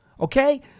Okay